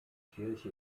kirche